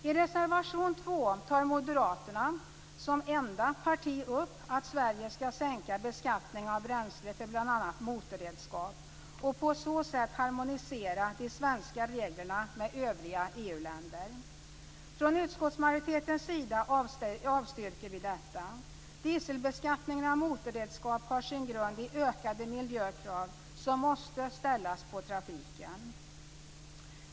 I reservation 2 tar Moderaterna som enda parti upp att Sverige skall sänka beskattningen av bränsle för bl.a. motorredskap och på så sätt harmonisera de svenska reglerna med övriga EU-länder. Från utskottsmajoritetens sida avstyrker vi detta. Dieselbeskattningen av motorredskap har sin grund i ökade miljökrav som måste ställas på trafiken.